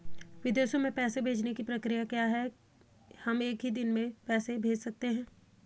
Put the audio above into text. विदेशों में पैसे भेजने की प्रक्रिया क्या है हम एक ही दिन में पैसे भेज सकते हैं?